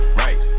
right